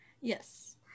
Yes